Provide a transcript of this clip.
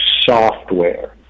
software